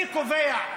מי קובע,